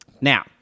Now